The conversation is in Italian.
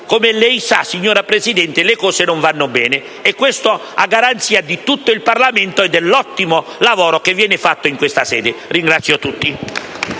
come lei sa, signora Presidente, le cose non vanno bene. E questo a garanzia di tutto il Parlamento e dell'ottimo lavoro che viene fatto in questa sede. *(Applausi